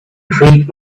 great